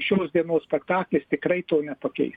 šios dienos spektaklis tikrai to nepakeis